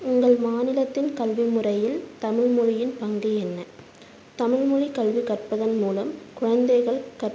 உங்கள் மாநிலத்தில் கல்வி முறையில் தமிழ் மொழியின் பங்கு என்ன தமிழ் மொழி கல்வி கற்பதன் மூலம் குழந்தைகள் கற்ப